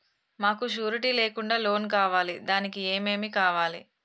మాకు షూరిటీ లేకుండా లోన్ కావాలి దానికి ఏమేమి కావాలి?